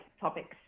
topics